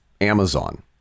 Amazon